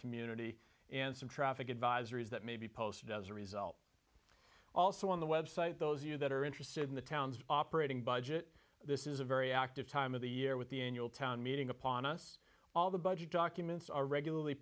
community and some traffic advisories that may be posted as a result also on the website those you that are interested in the towns operating budget this is a very active time of the year with the annual town meeting upon us all the budget documents are regularly